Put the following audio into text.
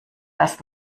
das